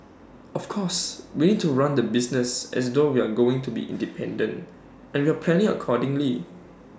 of course we need to run the business as though we're going to be independent and we're planning accordingly